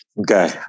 okay